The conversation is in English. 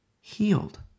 healed